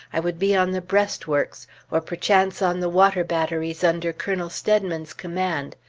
i would be on the breastworks, or perchance on the water batteries under colonel steadman's command.